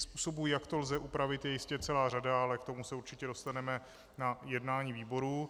Způsobů, jak to lze upravit, je jistě celá řada, ale k tomu se určitě dostaneme na jednání výborů.